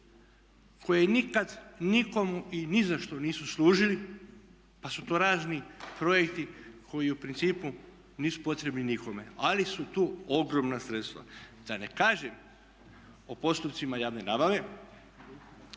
koje nikad nikomu i ni za što nisu služili pa su to razni projekti koji u principu nisu potrebni nikome, ali su tu ogromna sredstva, da ne kažem o postupcima javne nabave